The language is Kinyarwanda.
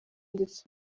ndetse